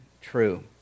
true